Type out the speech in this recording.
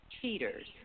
cheaters